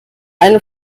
eine